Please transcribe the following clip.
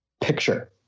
picture